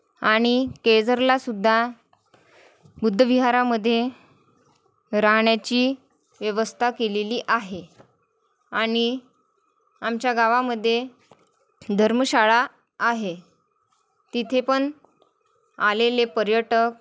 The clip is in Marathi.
आणि केळझरलासुद्धा बुद्ध विहारामध्ये राहण्याची व्यवस्था केलेली आहे आणि आमच्या गावामध्ये धर्मशाळा आहे तिथे पण आलेले पर्यटक